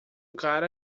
cara